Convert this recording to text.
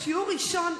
בשיעור ראשון,